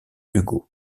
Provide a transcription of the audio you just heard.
hugo